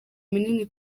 minini